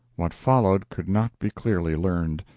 what followed could not be clearly learned.